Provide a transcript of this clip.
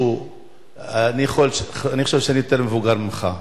אני חושב שאני יותר מבוגר ממך.